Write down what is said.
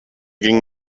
ging